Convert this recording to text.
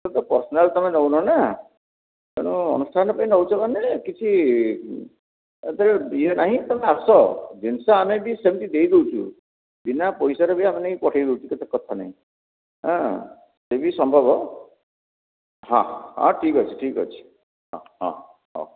personal ତମେ ତ ନେଉନା ନା ତେଣୁ ଅନୁଷ୍ଠାନ ପାଇଁ ନେଉଛ ମାନେ କିଛି ଏଥିରେ ଇଏ ନହିଁ ତମେ ଆସ ଜିନିଷ ଆମେ ବି ସେମିତି ଦେଇ ଦେଉଛୁ ବିନା ପଇସାରେ ଆମେ ବି ପଠାଇଦେଉଛୁ କିଛି କଥା ନାହିଁ ହଁ ସିଏ ବି ସମ୍ଭବ ହଁ ହଁ ଠିକ୍ ଅଛି ଠିକ୍ ଅଛି ହଁ ହଁ ହଉ ହଉ